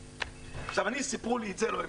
25%. סיפרו לי את זה ולא האמנתי.